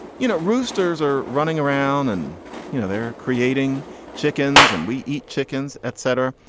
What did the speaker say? you know, roosters are running around and you know they're creating chickens and we eat chickens, etc.